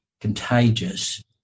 contagious